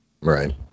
Right